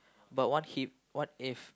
but what if what if